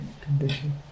condition